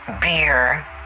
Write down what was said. Beer